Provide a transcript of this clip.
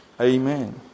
Amen